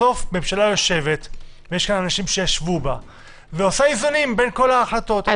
בסוף ממשלה יושבת ועושה איזונים בין כל ההחלטות.